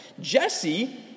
Jesse